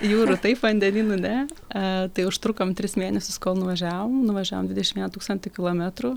jūrų taip vandenynu ne tai užtrukom tris mėnesius kol nuvažiavom nuvažiavom dvidešimt vieną tūkstantį kilometrų